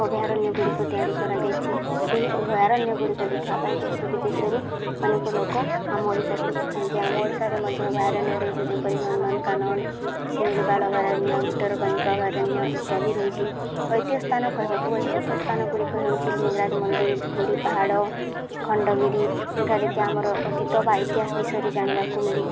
ଅଭୟାରଣ୍ୟ ଗୁଡ଼ିକ ତିଆରି କରାଯାଇଛି ସେହି ଅଭୟାରଣ୍ୟ ଗୁଡ଼ିକ ଦେଖିବା ପାଇଁ ଦେଶ ବିଦେଶରୁ ଅନେକ ଲୋକ ଆମ ଓଡ଼ିଶାକୁ ଆସିଥାନ୍ତି ଆମ ଓଡ଼ିଶାରେ ମଧ୍ୟ ଅଭୟାରଣ୍ୟ ରହିଛି ଯେପରି ନନ୍ଦନକାନନ ଶିମିଲିପାଲ ଅଭୟାରଣ୍ୟ ଭିତରକନିକା ଅଭୟାରଣ୍ୟ ଇତ୍ୟାଦି ରହିଛି ଐତିହ ସ୍ଥାନ କହିବାକୁ ଗଲେ ଐତିହ ସ୍ଥାନ ଗୁଡ଼ିକ ହେଉଛି ଲିଙ୍ଗରାଜ ମନ୍ଦିର ଧଉଳି ପାହାଡ଼ ଖଣ୍ଡଗିରି ଯେଉଁଠାରେ କି ଆମର ଅତୀତ ବା ଇତିହାସ ବିଷୟରେ ଜାଣିବାକୁ ମିଳେ